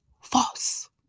false